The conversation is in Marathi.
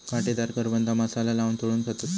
काटेदार करवंदा मसाला लाऊन तळून खातत